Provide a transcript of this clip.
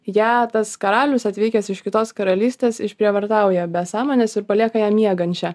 ją tas karalius atvykęs iš kitos karalystės išprievartauja be sąmonės ir palieka ją miegančią